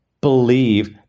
believe